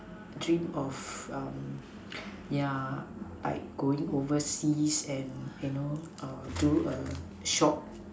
dreamed of um yeah like going overseas and you know do a short